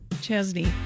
Chesney